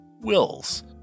Wills